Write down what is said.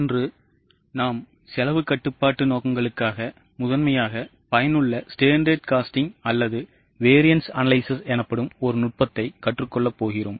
இன்று நாம் செலவு கட்டுப்பாடு நோக்கங்களுக்காக முதன்மையாக பயனுள்ள standard costing அல்லது variance analysis எனப்படும் ஒரு நுட்பத்தை கற்றுக்கொள்ளப் போகிறோம்